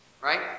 Right